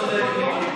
צודק.